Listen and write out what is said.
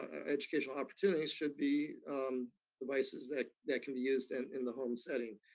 educational opportunities, should be devices that that can be used and in the home setting.